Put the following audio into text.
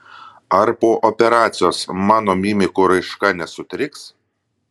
ar po operacijos mano mimikų raiška nesutriks